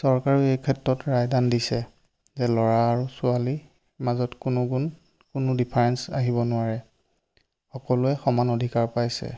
চৰকাৰে এই ক্ষেত্ৰত ৰায় দান দিছে যে ল'ৰা আৰু ছোৱালীৰ মাজত কোনো গুণ কোনো ডিফাৰেঞ্চ আহিব নোৱাৰে সকলোৱে সমান অধিকাৰ পাইছে